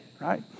right